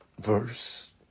verse